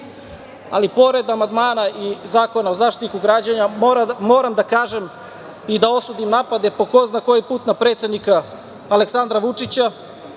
pored amandmana i Zakona o Zaštitniku građana, moram da kažem i da osudim napade po ko zna koji put na predsednika Aleksandra Vučića,